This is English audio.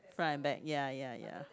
front and back ya ya ya